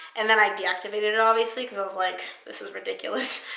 and then i deactivated it, obviously, because i was like, this is ridiculous.